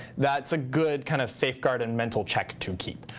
that's a good kind of safeguard and mental check to keep.